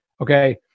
okay